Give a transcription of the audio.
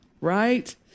right